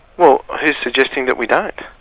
well who's suggesting that we don't? are